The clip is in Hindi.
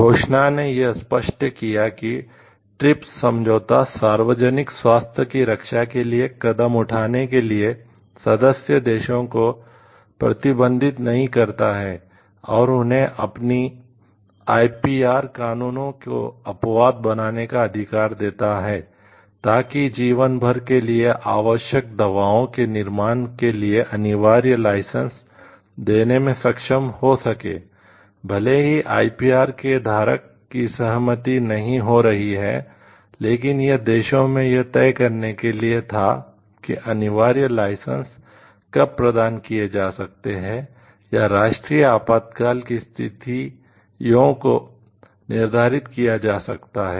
घोषणा ने यह स्पष्ट किया कि ट्रिप्स कब प्रदान किए जा सकते हैं या राष्ट्रीय आपातकाल की स्थितियों को निर्धारित किया जा सकता है